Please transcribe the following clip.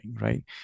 right